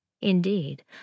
Indeed